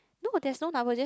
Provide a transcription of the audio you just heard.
no there is no number just